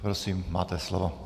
Prosím máte slovo.